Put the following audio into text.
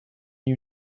you